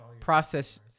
process